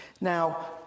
Now